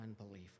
unbelief